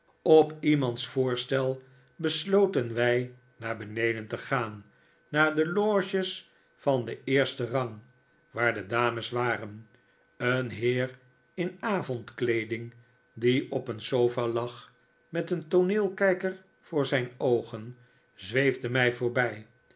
op iemands voorstel besloten wij naar beneden te gaan naar de loges van den eersten rang waar de dames waren een heer in ayondkleeding die op een sofa lag met een tooneelkijker voor zijn oogen zweefde mij voorbij